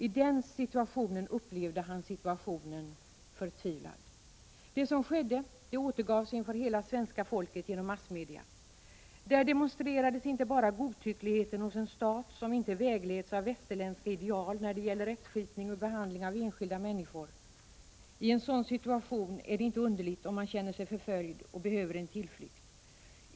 I det läget upplevde han sin situation som förtvivlad. Det som skedde återgavs inför hela svenska folket genom massmedia. Där demonstrerades godtyckligheten hos en stat som inte vägleds av västerländs ka ideal när det gäller rättsskipning och behandling av enskilda människor. I en sådan situation är det inte underligt om en person känner sig förföljd och behöver en tillflykt.